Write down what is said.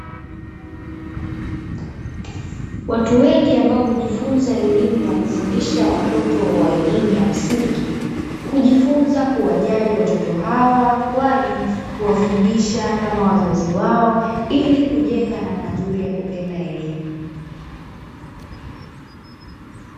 Watu wengi ambao hujifunza elimu ya kufundisha watoto wa elimu ya msingi, hujifunza kuwajali watoto hawa kwani huwa fundisha kama wazazi wao ili kujenga namna nzuri ya kupenda elimu.